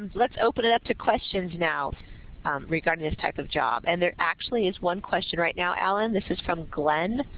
lets's open it up to questions now regarding this type of job. and there actually is one question right now, allen. this is from glen.